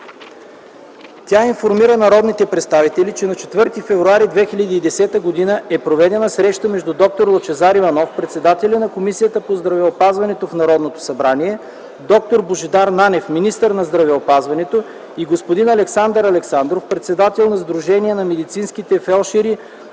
Тя информира народните представители, че на 4 февруари 2010 г. е проведена среща между д-р Лъчезар Иванов, председател на Комисията по здравеопазването в Народното събрание, д-р Божидар Нанев - министър на здравеопазването, и господин Александър Александров - председател на “Сдружение на медицинските фелдшери-